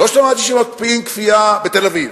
לא שמעתי שמקפיאים בנייה בתל-אביב.